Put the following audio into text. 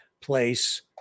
place